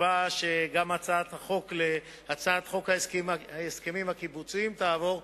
ובתקווה שגם הצעת חוק ההסכמים הקיבוציים (תיקון מס' 8) תעבור,